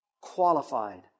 qualified